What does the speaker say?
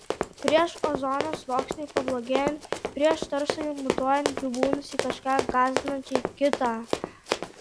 prieš ozono sluoksniui pablogėjant prieš taršai mutuojant gyvūnus į kažką gąsdinančiai kitą